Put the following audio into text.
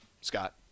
Scott